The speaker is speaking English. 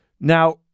Now